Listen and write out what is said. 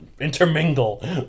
intermingle